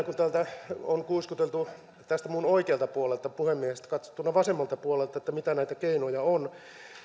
kun täällä on kuiskuteltu tästä minun oikealta puoleltani puhemiehestä katsottuna vasemmalta puolelta että mitä näitä keinoja on